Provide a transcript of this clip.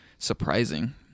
surprising